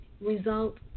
result